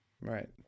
Right